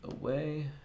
away